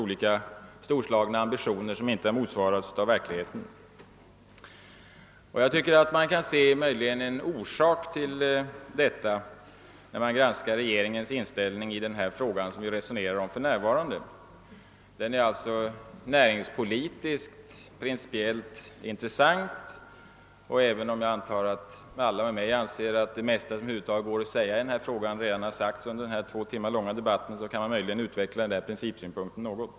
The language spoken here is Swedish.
Olika storslagna ambitioner har inte motsvarats av verkligheten. Man kan se en orsak till detta när man granskar regeringens inställning till den fråga vi för närvarande resonerar om. Den är alltså näringspolitiskt principiellt intressant, och även om jag antar att alla med mig anser att det mesta som över huvud taget går att säga i denna fråga redan har sagts under denna två timmar långa debatt kan man möjligen utveckla den principsynpunkten något.